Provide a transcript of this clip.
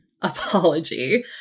apology